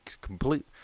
complete